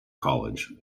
college